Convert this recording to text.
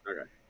Okay